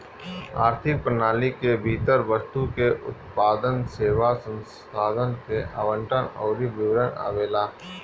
आर्थिक प्रणाली के भीतर वस्तु के उत्पादन, सेवा, संसाधन के आवंटन अउरी वितरण आवेला